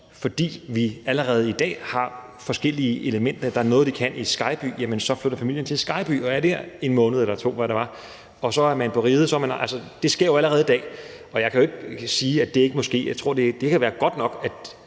forskellige elementer forskellige steder. Der er noget, de kan i Skejby, jamen så flytter familien til Skejby og er der en måned eller to, eller hvad det var, og så er man på Riget. Det sker jo allerede i dag. Jeg kan jo ikke sige, at det ikke må ske. Jeg tror, at det kan være godt nok. Og